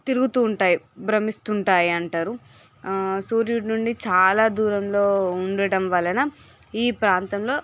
తిరుగుతూ ఉంటాయి భ్రమిస్తూ ఉంటాయి అంటారు సూర్యుడు నుండి చాలా దూరంలో ఉండడం వలన ఈ ప్రాంతంలో